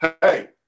Hey